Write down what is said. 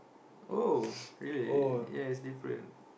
oh really ya it's different